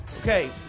Okay